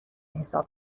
حساب